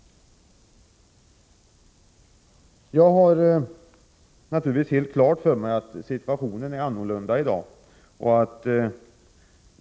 Jag har naturligtvis helt klart för mig att situationen är annorlunda i dag.